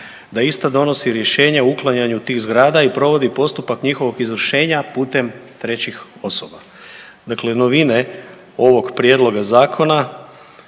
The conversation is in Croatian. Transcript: da ista donosi rješenje o uklanjanju tih zgrada i provodi postupak njihovog izvršenja putem trećih osoba. Dakle, novine ovog prijedloga zakona